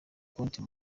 konti